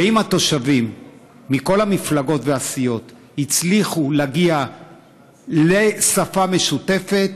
ואם התושבים מכל המפלגות והסיעות הצליחו להגיע לשפה משותפת,